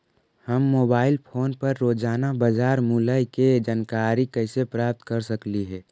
हम mobile phone पर रोजाना बाजार मूल्य के जानकारी कैसे प्राप्त कर सकली हे?